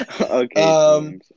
Okay